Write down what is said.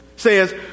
says